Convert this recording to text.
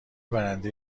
برنده